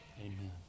Amen